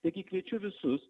taigi kviečiu visus